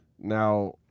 Now